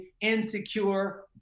insecure